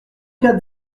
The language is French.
quatre